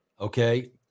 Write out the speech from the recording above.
Okay